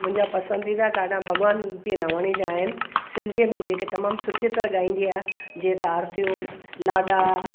मुंहिंजा पसंदीदा गाना भॻवांती नवाणी जा आहिनि सिंधीअ में जेके तमामु सुठी तरह गाईंदी आहे जे त आर्तियूं लाडा